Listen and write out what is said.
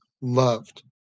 Loved